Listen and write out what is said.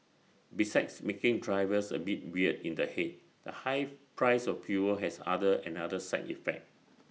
besides making drivers A bit weird in the Head the high price of fuel has other another side effect